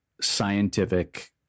scientific